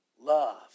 Love